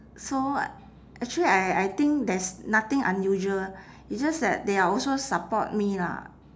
so actually I I think there's nothing unusual it's just that they are also support me lah